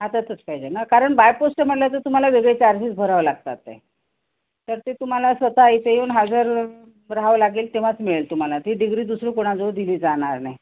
हातातच पाहिजे ना कारण बाय पोस्टचं म्हटलं तर तुम्हाला वेगळे चार्जेस भरावं लागतात ते तर ते तुम्हाला स्वत इथे येऊन हजर राहावं लागेल तेव्हाच मिळेल तुम्हाला ती डिग्री दुसरं कोणाजवळ दिली जाणार नाही